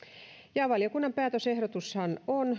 valiokunnan yksi päätösehdotushan on